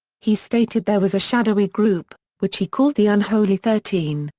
he stated there was a shadowy group, which he called the unholy thirteen,